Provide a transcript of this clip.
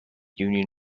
union